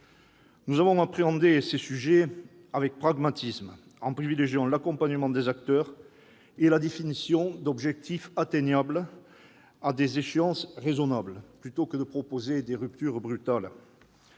Nous avons appréhendé ces sujets avec pragmatisme, en privilégiant l'accompagnement des acteurs et la définition d'objectifs atteignables à des échéances raisonnables, plutôt que de proposer des ruptures brutales.